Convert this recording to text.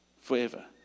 forever